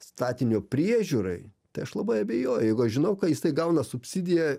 statinio priežiūrai tai aš labai abejoju jeigu aš žinau ka jisai gauna subsidiją